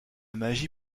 magie